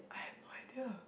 I have no idea